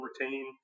retain